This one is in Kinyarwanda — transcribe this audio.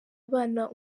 abana